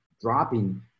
dropping